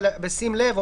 "בשים לב",